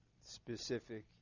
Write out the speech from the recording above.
specific